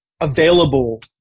available